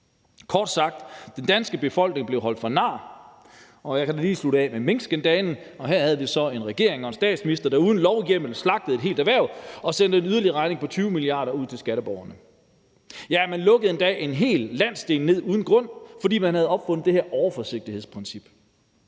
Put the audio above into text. Kort sagt: Den danske befolkning blev holdt for nar. Så kan jeg lige slutte af med minkskandalen, og her havde vi så en regering og en statsminister, der uden lovhjemmel slagtede et helt erhverv og sendte en regning på 20 mia. kr. til skatteborgerne. Ja, man lukkede endda en hel landsdel ned uden grund, fordi man havde opfundet det her overforsigtighedsprincip.